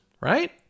right